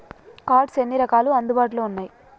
Cards ఎన్ని రకాలు అందుబాటులో ఉన్నయి?